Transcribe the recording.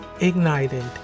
ignited